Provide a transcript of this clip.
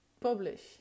publish